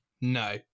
no